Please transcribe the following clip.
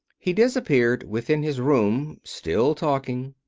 he disappeared within his room, still talking.